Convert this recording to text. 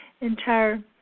entire